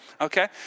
okay